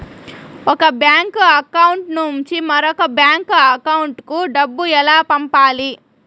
ఒక bank account నుంచి మరొక బ్యాంకు అకౌంట్ కు డబ్బు ఎలా పంపాలి